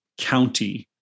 county